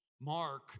Mark